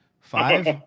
Five